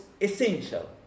essential